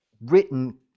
written